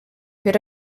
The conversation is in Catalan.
per